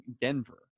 Denver